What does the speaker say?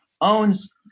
owns